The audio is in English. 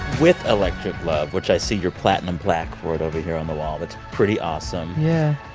with electric love, which i see your platinum plaque for it over here on the wall that's pretty awesome. yeah.